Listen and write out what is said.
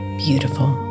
beautiful